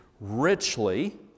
richly